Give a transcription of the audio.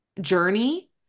journey